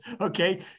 okay